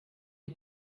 die